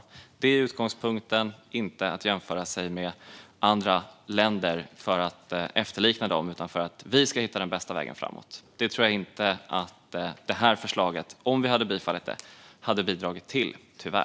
Det är det som är utgångspunkten, inte att jämföra sig med andra länder för att efterlikna dem. Vi ska hitta den bästa vägen framåt. Det tror jag tyvärr inte att det här förslaget hade bidragit till om vi hade bifallit det.